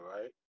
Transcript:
right